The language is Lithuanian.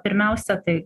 pirmiausia tai